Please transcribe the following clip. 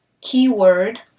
keyword